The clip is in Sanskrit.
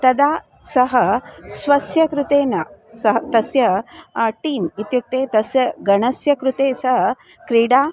तदा सः स्वस्य कृते न सः तस्य टीम् इत्युक्ते तस्य गणस्य कृते स क्रीडा